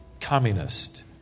communist